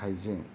हायजें